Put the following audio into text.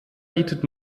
bietet